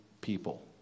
people